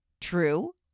True